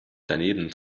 daneben